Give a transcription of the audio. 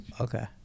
Okay